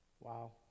Wow